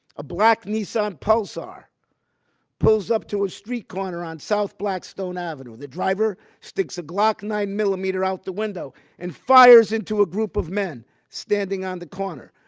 a black nissan pulsar pulls up to a street corner on south blackstone avenue. the driver sticks a glock nine millimeter out the window and fires into a group of men standing on the corner.